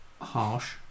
Harsh